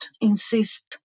insist